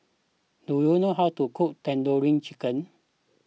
do you know how to cook Tandoori Chicken